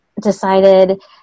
decided